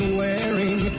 wearing